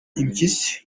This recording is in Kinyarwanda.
impyisi